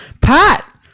Pat